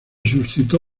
suscitó